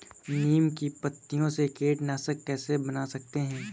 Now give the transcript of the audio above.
नीम की पत्तियों से कीटनाशक कैसे बना सकते हैं?